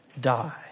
die